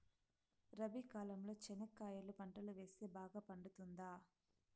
రబి కాలంలో చెనక్కాయలు పంట వేస్తే బాగా పండుతుందా?